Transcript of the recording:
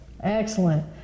Excellent